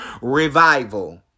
Revival